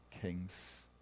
kings